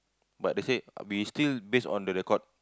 but they say we still base on the record